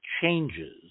changes